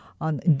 on